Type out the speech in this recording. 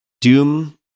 doom